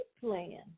plan